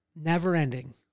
never-ending